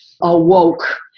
awoke